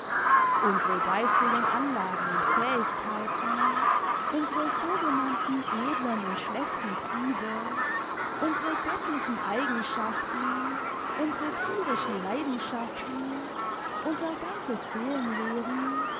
unsere geistigen anlagen und fähigkeiten unsere sogenannten edlen und schlechten triebe unsere göttlichen eigenschaften unsere thierischen leidenschaften unser ganzes seelenleben